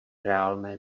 reálné